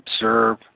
observe